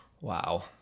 wow